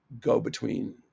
go-between